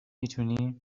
میتونی